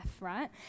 right